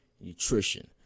nutrition